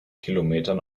kilometern